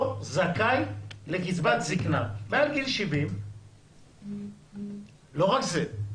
זכאי לקצבת זקנה מעל גיל 70. לא רק זה,